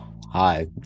Hi